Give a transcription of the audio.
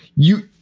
you